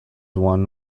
one